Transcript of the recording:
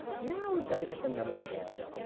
now we've got to get the numbers in there,